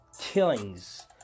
killings